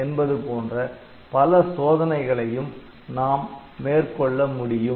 என்பது போன்ற பல சோதனைகளையும் நாம் மேற்கொள்ள முடியும்